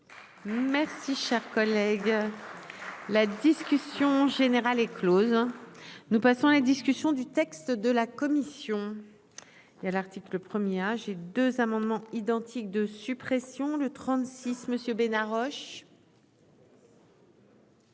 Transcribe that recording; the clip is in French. Merci cher collègue. La discussion. On générale est Close. Nous passons la discussion du texte de la commission. Il y a l'article 1er âge j'ai deux amendements identiques de suppression de 36 Monsieur